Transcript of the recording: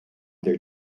their